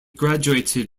graduated